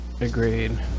Agreed